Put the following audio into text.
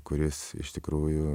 kuris iš tikrųjų